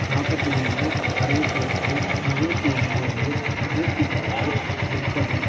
நாற்பத்தி மூணு அறுபத்தி எட்டு எழுபத்தி ஒம்பது நூற்றி பத்து முப்பது